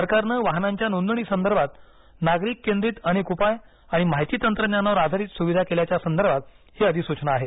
सरकारनं वाहनांच्या नोंदणीसंदर्भात नागरिक केंद्रित अनेक उपाय आणि माहिती तंत्रज्ञानावर आधारित सुविधा केल्याच्या संदर्भात ही अधिसूचना आहे